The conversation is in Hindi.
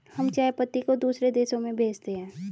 हम चाय पत्ती को दूसरे देशों में भेजते हैं